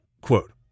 Quote